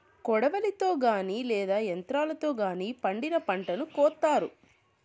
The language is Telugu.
కొడవలితో గానీ లేదా యంత్రాలతో గానీ పండిన పంటను కోత్తారు